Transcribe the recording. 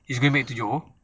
he is going back to johor